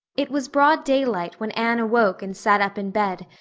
it was broad daylight when anne awoke and sat up in bed,